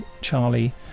Charlie